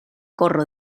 corro